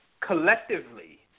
collectively